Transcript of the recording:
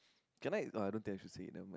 can I uh don't think I should say it nevermind